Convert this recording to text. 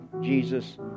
Jesus